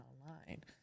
online